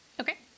Okay